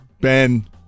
Ben